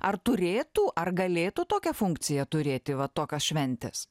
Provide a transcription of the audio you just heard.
ar turėtų ar galėtų tokią funkciją turėti va tokios šventės